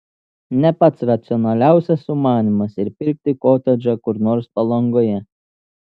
ne pats racionaliausias sumanymas ir pirkti kotedžą kur nors palangoje